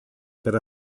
per